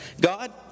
God